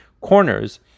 corners